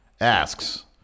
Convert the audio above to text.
asks